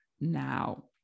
now